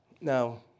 Now